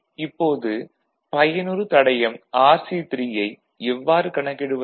இப்போது பயனுறு தடையம் RC3 ஐ எவ்வாறு கணக்கிடுவது